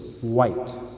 white